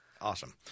Awesome